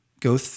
Go